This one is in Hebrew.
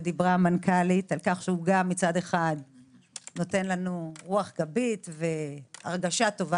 ודיברה המנכ"לית על כך שהוא נותן לנו רוח גבית והרגשה טובה.